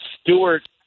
Stewart